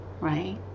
right